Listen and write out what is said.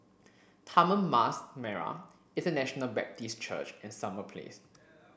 Taman Mas Merah International Baptist Church and Summer Place